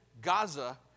Gaza